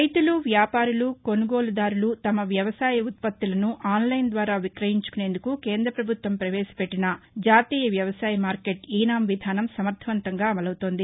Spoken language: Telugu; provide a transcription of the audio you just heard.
రైతులు వ్యాపారులు కొనుగోలుదారులు తమ వ్యవసాయ ఉత్పత్తులను ఆన్లైన్ ద్వారా విక్రయించుకునేందుకు కేంద పభుత్వం పవేశ పెట్టిన జాతీయ వ్యవసాయ మార్కెట్ ఈ నామ్ విధానం సమర్దవంతంగా అమలవుతోంది